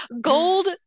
Gold